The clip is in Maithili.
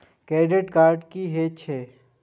क्रेडिट कार्ड की हे छे?